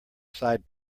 side